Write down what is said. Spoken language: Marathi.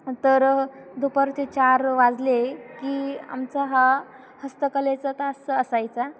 तर दुपारचे चार वाजले की आमचा हा हस्तकलेचा तास असायचा